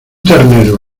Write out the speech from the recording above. ternero